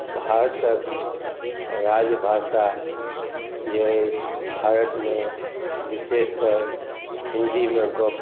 भारतक राजभाषा जे अछि भारतमे विशेषतर हिन्दीमे गप